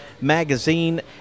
Magazine